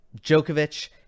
Djokovic